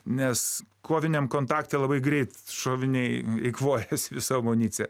nes koviniam kontakte labai greit šoviniai eikvojasi visa amunicija